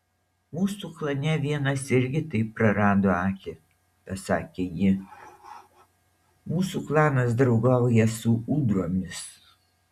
mūsų klane vienas irgi taip prarado akį pasakė ji mūsų klanas draugauja su ūdromis